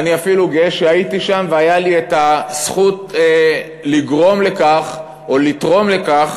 אני אפילו גאה שהייתי שם והייתה לי הזכות לגרום לכך או לתרום לכך